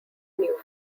new